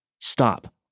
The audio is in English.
stop